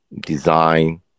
design